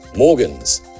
Morgan's